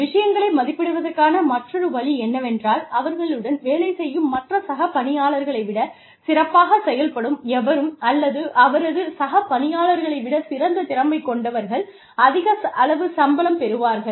விஷயங்களை மதிப்பிடுவதற்கான மற்றொரு வழி என்னவென்றால் அவர்களுடன் வேலை செய்யும் மற்ற சக பணியாளர்களை விடச் சிறப்பாகச் செயல்படும் எவரும் அல்லது அவரது சக பணியாளர்களை விடச் சிறந்த திறமை கொண்டவர்கள் அதிக அளவு சம்பளம் பெறுவார்கள்